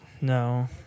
No